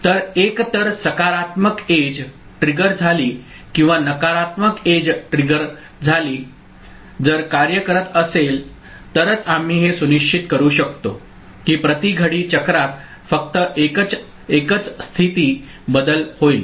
तर एकतर सकारात्मक एज कडा किंवा काठ ट्रिगर झाली किंवा नकारात्मक एज कडा किंवा काठ ट्रिगर झाली जर कार्य करत असेल तरच आम्ही हे सुनिश्चित करू शकतो की प्रति घडी चक्रात फक्त एकच स्थिती बदल होईल